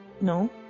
No